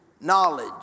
knowledge